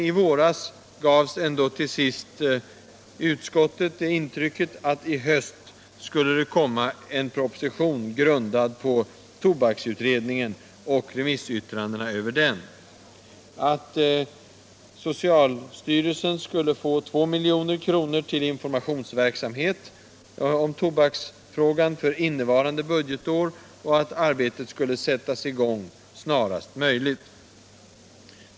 I våras gavs ändå till sist utskottet intrycket att i höst skulle det komma en proposition, grundad på tobaksutredningen och remissyttrandena över den. Socialstyrelsen skulle få 2 milj.kr. till informa tionsverksamhet om tobaksfrågan för innevarande budgetår, och arbetet skulle sättas i gång snarast möjligt.